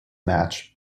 match